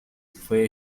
fue